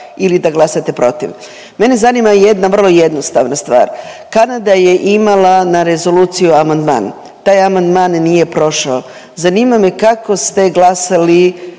ili da glasate protiv. Mene zanima jedna vrlo jednostavna stvar. Kanada je imala na rezoluciju amandman, taj amandman nije prošao, zanima me kako ste glasali